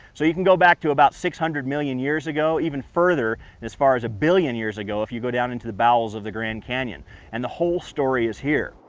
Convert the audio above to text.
so you can go back to about six hundred million years ago, even further, as far as a billion years ago, if you go down into the bowels of the grand canyon and the whole story is here.